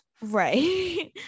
right